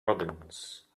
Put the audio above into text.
robins